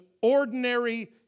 ordinary